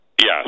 Yes